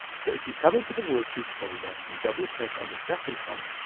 so if you come into the worksheets folder and double click on the second comp,